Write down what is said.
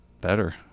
better